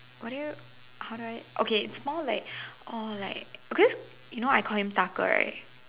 what do you how do I okay it's more like or like okay I guess you know I call him 大哥 right